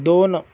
दोन